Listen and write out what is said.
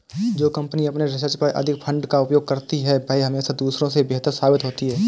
जो कंपनी अपने रिसर्च पर अधिक फंड का उपयोग करती है वह हमेशा दूसरों से बेहतर साबित होती है